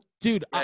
Dude